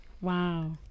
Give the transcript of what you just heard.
Wow